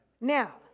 Now